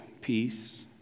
peace